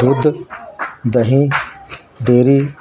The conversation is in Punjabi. ਦੁੱਧ ਦਹੀਂ ਡੇਰੀ